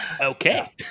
Okay